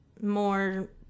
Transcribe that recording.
more